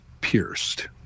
pierced